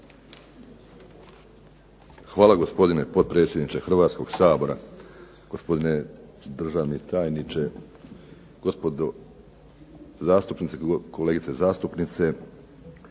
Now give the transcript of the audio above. Hvala gospodine potpredsjedniče Hrvatskog sabora, gospodine državni tajniče, gospodo zastupnici, kolegice zastupnice.